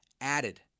added